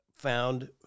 Found